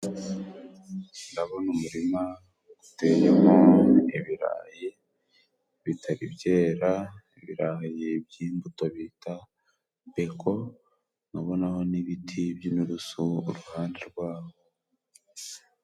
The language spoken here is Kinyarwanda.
Ndabona umurima uteyemo ibirayi bitari byera, ibirayi byi'imbuto bita beko, nkabonaho n'ibiti by'inturusu uruhande rwawo.